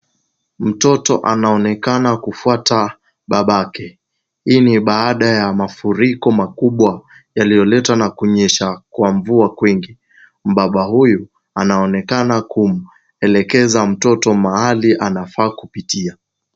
Mtoto anaonekana kufuata babake. Hii ni baada ya mafuriko makubwa yaliyoletwa na kunyesha kwa mvua kwingi. Mbaba huyu anaonekana kumwelekeza mtoto mahali anafaa kupitia.